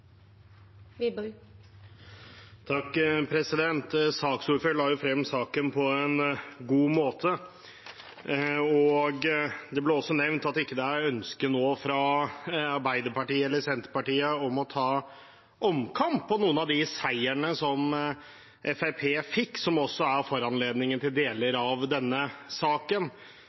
la frem saken på en god måte. Det ble også nevnt at det ikke er et ønske nå fra Arbeiderpartiet eller Senterpartiet om å ta omkamp på noen av de seierne som Fremskrittspartiet fikk, som også er foranledningen til deler av denne saken,